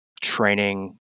training